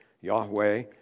Yahweh